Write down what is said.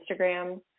Instagram